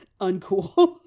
uncool